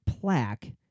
plaque